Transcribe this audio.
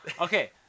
Okay